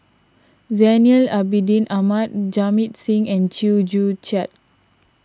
Zainal Abidin Ahmad Jamit Singh and Chew Joo Chiat